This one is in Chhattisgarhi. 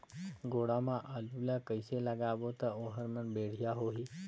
गोडा मा आलू ला कइसे लगाबो ता ओहार मान बेडिया होही?